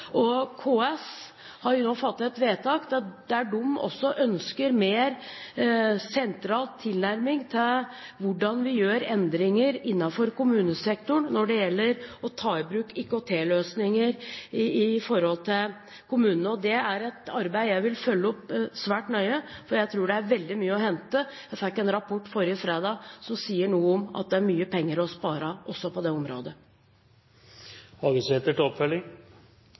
KS har nå fattet et vedtak der de også ønsker en mer sentral tilnærming til hvordan vi gjør endringer innenfor kommunesektoren når det gjelder å ta i bruk IKT-løsninger i kommunene. Det er et arbeid jeg vil følge opp svært nøye, for jeg tror det er veldig mye å hente. Jeg fikk en rapport forrige fredag som sier noe om at det er mye penger å spare også på det